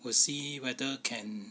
will see whether can